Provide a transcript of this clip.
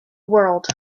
world